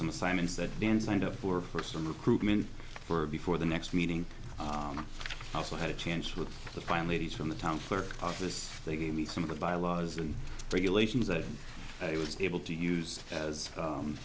some assignments that dan signed up for for some recruitment for before the next meeting and also had a chance with the families from the town clerk office they gave me some of the bylaws and regulations that it was able to use as